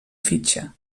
fitxa